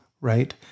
right